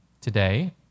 today